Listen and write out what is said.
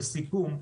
לסיכום,